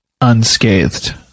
unscathed